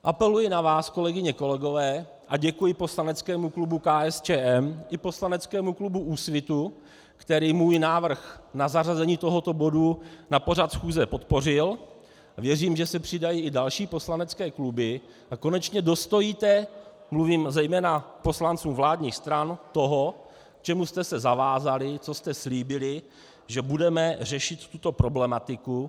Apeluji na vás, kolegyně, kolegové, a děkuji poslaneckému klubu KSČM i poslaneckému klubu Úsvitu, který můj návrh na zařazení tohoto bodu na pořad schůze podpořil, a věřím, že se přidají i další poslanecké kluby a konečně dostojíte mluvím zejména k poslancům vládních stran tomu, k čemu jste se zavázali, co jste slíbili, že budeme řešit tuto problematiku.